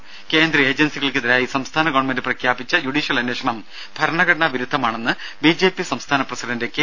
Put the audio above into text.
രും കേന്ദ്ര ഏജൻസികൾക്കെതിരായി സംസ്ഥാന ഗവൺമെന്റ് പ്രഖ്യാപിച്ച ജുഡീഷ്യൽ അന്വേഷണം ഭരണഘടനാ വിരുദ്ധമാണെന്ന് ബിജെപി സംസ്ഥാന പ്രസിഡന്റ് കെ